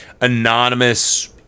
anonymous